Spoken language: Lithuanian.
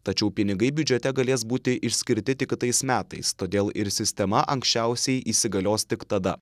tačiau pinigai biudžete galės būti išskirti tik kitais metais todėl ir sistema anksčiausiai įsigalios tik tada